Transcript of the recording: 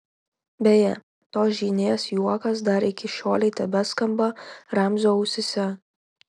beje tos žynės juokas dar iki šiolei tebeskamba ramzio ausyse